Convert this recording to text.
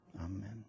Amen